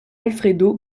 alfredo